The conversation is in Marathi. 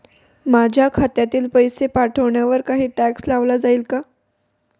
माझ्या खात्यातील पैसे पाठवण्यावर काही टॅक्स लावला जाईल का?